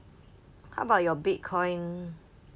how about your bitcoin